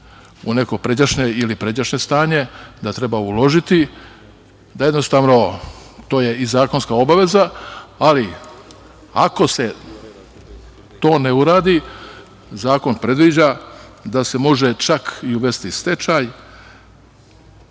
u neko pređašnje ili pređašnje stanje, da treba uložiti, da jednostavno to je i zakonska obaveza. Ali, ako se to ne uradi zakon predviđa da se može čak i uvesti stečaj